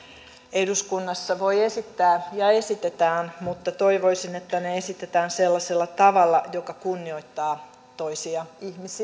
eduskunnassa voi esittää ja esitetään mutta toivoisin että ne esitetään sellaisella tavalla joka kunnioittaa toisia